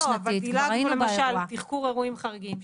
לא, לא, אבל דילגת למה על תחקור אירועים חריגים.